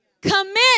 Commit